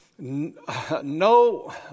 no